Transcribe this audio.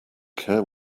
care